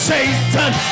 Satan